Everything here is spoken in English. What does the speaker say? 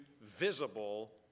visible